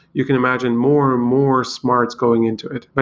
you can imagine more and more smarts going into it. but